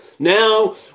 Now